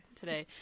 today